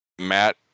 Matt